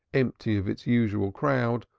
empty of its usual crowd,